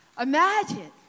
Imagine